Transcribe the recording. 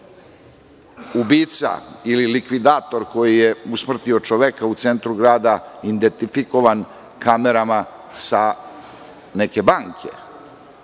ubica ili likvidator koji je usmrtio čoveka u centru grada identifikovan kamerama sa neke banke.